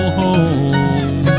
home